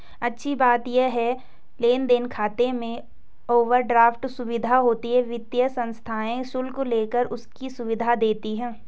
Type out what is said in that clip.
अच्छी बात ये है लेन देन खाते में ओवरड्राफ्ट सुविधा होती है वित्तीय संस्थाएं शुल्क लेकर इसकी सुविधा देती है